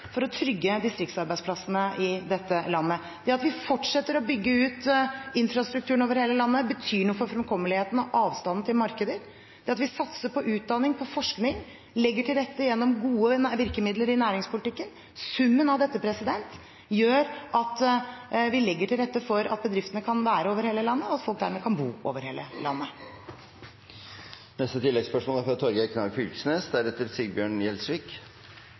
for å trygge distriktsarbeidsplassene i dette landet. Det at vi fortsetter å bygge ut infrastrukturen over hele landet, betyr noe for fremkommeligheten og avstanden til markeder, det at vi satser på utdanning, på forskning, legger til rette gjennom gode virkemidler i næringspolitikken – summen av dette gjør at vi legger til rette for at bedriftene kan være over hele landet, og at folk dermed kan bo over hele landet.